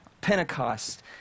Pentecost